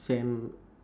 send